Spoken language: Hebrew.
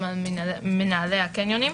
גם על מנהלי הקניונים,